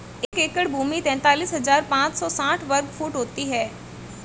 एक एकड़ भूमि तैंतालीस हज़ार पांच सौ साठ वर्ग फुट होती है